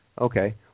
Okay